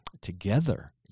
together